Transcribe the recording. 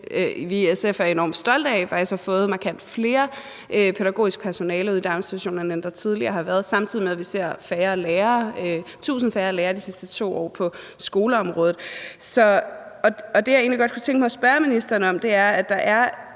vi i SF er enormt stolte af, altså at vi faktisk har fået markant mere pædagogisk personale ude i daginstitutionerne, end der tidligere har været, samtidig med at vi har set 1.000 færre lærere de sidste 2 år på skoleområdet. Det, jeg egentlig godt kunne tænke mig at spørge ministeren om, er, om det her,